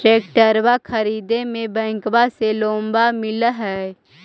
ट्रैक्टरबा खरीदे मे बैंकबा से लोंबा मिल है?